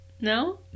No